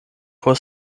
por